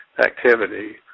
activity